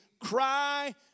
cry